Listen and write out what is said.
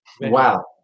Wow